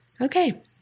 okay